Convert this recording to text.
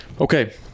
okay